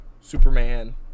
Superman